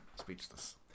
Speechless